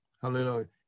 Hallelujah